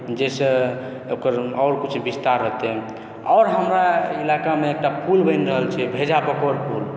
जहिसँ एकर आओर किछु विस्तार होयत आओर हमरा इलाकामे एकटा पुल बनि रहल छै भेजा बकौट पुल